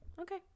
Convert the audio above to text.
okay